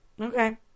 Okay